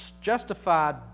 justified